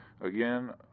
Again